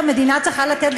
המדינה צריכה לתת,